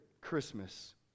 Christmas